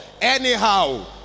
anyhow